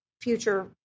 future